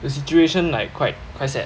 the situation like quite quite sad